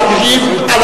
רחל